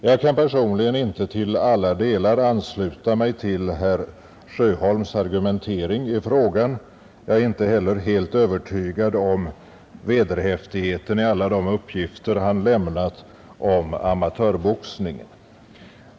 Jag kan personligen inte till alla delar ansluta mig till herr Sjöholms argumentering i frågan, och jag är inte heller helt övertygad om vederhäftigheten i alla de uppgifter herr Sjöholm lämnat om amatörboxningen.